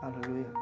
Hallelujah